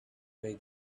way